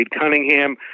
Cunningham